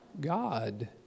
God